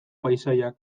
paisaiak